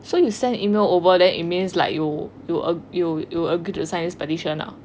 so you send email over then it means like you you you will agree to sign this petition ah